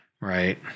Right